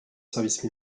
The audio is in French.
service